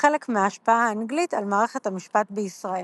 כחלק מההשפעה האנגלית על מערכת המשפט בישראל.